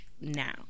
now